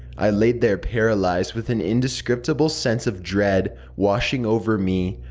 i laid there paralyzed with an indescribable sense of dread washing over me.